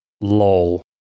LOL